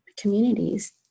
communities